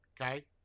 Okay